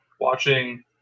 watching